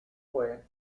fue